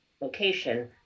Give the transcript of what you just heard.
location